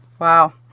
Wow